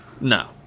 No